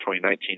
2019